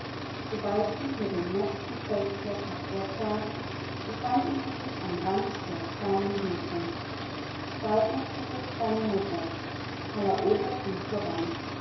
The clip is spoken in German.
sobald sie hinter dem nächsten felsblock hervortraten befanden sie sich am rand der kleinen wiese saltner trug jetzt seine mutter palaoro ging voran